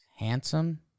handsome